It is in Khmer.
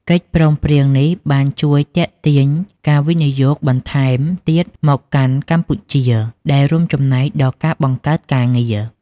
កិច្ចព្រមព្រៀងនេះបានជួយទាក់ទាញការវិនិយោគបន្ថែមទៀតមកកាន់កម្ពុជា ដែលរួមចំណែកដល់ការបង្កើតការងារ។